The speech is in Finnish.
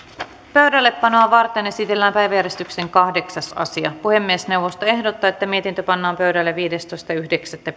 pöydällepanoa varten esitellään päiväjärjestyksen kahdeksas asia puhemiesneuvosto ehdottaa että mietintö pannaan pöydälle viidestoista yhdeksättä